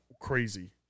crazy